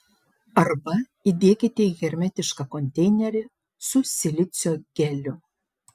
arba įdėkite į hermetišką konteinerį su silicio geliu